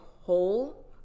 whole